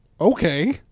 okay